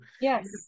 yes